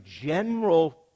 general